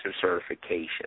certification